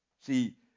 See